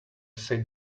say